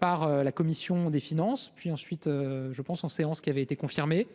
par la commission des finances, puis ensuite, je pense en séance qui avait été confirmés.